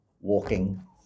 walking